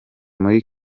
muri